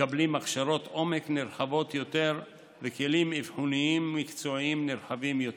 מקבלים הכשרות עומק נרחבות יותר וכלים אבחוניים מקצועיים נרחבים יותר.